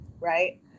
right